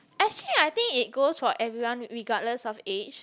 actually I think it goes for everyone regardless of age